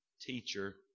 teacher